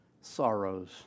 sorrows